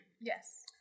Yes